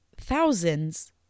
thousands